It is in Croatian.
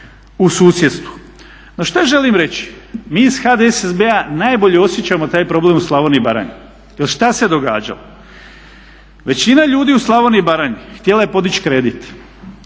u susjedstvu. No što želim reći? Mi iz HDSSB-a najbolje osjećamo taj problem u Slavoniji i Baranji. Jer šta se događalo? Većina ljudi u Slavoniji i Baranji htjela je podići kredit